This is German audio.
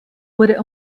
wurde